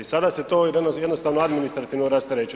I sada se to jednostavno administrativno rasterećuje.